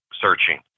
searching